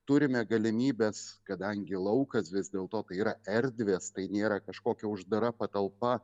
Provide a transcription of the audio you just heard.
turime galimybes kadangi laukas vis dėl to kai yra erdvės tai nėra kažkokia uždara patalpa